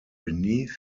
beneath